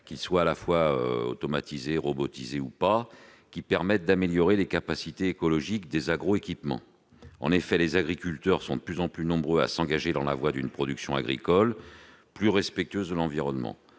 qu'ils soient automatisés, robotisés ou non, qui permettent d'améliorer les capacités écologiques des agroéquipements. En effet, les agriculteurs sont de plus en plus nombreux à s'engager dans la voie d'une production agricole plus respectueuse de l'environnement.